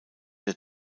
der